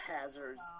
hazards